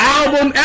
album